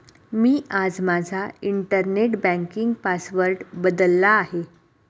मी आज माझा internet banking password बदलला आहे